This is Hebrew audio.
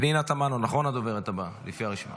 פנינה תמנו היא הדוברת הבאה לפי הרשימה?